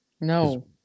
No